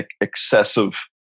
excessive